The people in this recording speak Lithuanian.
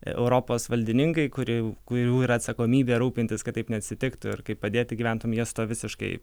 europos valdininkai kurių kurių yra atsakomybė rūpintis kad taip neatsitiktų ir kaip padėti gyventojam miesto visiškai